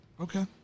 Okay